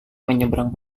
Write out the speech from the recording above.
menyeberang